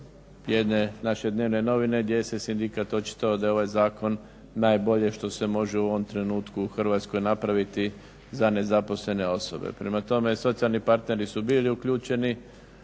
jedne naše dnevne novine gdje se sindikat očitovao da je ovaj zakon najbolje što se može u ovom trenutku u Hrvatskoj napraviti za nezaposlene osobe. Prema tome, socijalni partneri su bili uključeni.